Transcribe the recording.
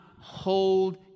hold